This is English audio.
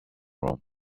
room